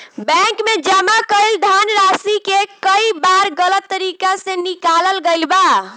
bank में जमा कईल धनराशि के कई बार गलत तरीका से निकालल गईल बा